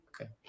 okay